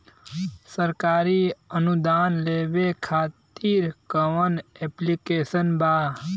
सरकारी अनुदान लेबे खातिर कवन ऐप्लिकेशन बा?